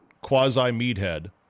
quasi-meathead